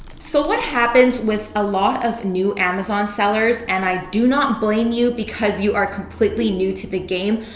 so what happens with a lot of new amazon sellers and i do not blame you because you are completely new to the game,